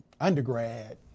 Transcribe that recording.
undergrad